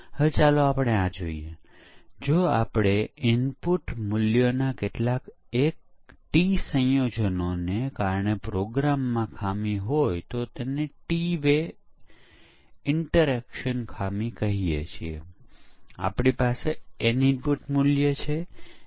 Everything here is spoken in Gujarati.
તેથી જો આપણે જોઇયે કે જો કેટલીક મુખ્ય સુવિધાઓ કાર્ય કરતી નહીં તો પછી આપણે તેને આગળ ચકાસીશું નહીં આપણે તેની અન્ય સુવિધાઓ ચકાસણી કરતા પહેલાં મુખ્ય સુવિધાઓની કાર્યક્ષમતાને ઠીક કરવા માટે તેને વિકાસકર્તાને આપીશું